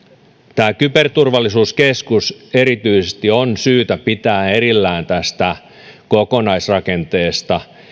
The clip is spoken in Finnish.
tämä kyberturvallisuuskeskus erityisesti on syytä pitää erillään tästä kokonaisrakenteesta